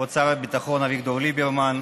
כבוד שר הביטחון אביגדור ליברמן,